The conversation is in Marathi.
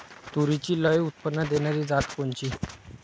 तूरीची लई उत्पन्न देणारी जात कोनची?